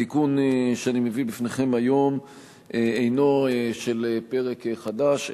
התיקון שאני מביא בפניכם היום אינו פרק חדש,